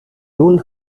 nun